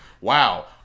Wow